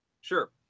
Sure